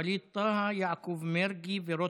ווליד טאהא, יעקב מרגי ורוטמן.